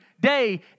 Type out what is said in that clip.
day